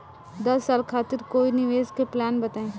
दस साल खातिर कोई निवेश के प्लान बताई?